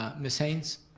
ah ms. haynes?